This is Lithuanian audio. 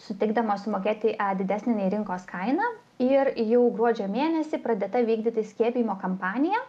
sutikdamas sumokėti didesnę nei rinkos kainą ir jau gruodžio mėnesį pradėta vykdyti skiepijimo kampaniją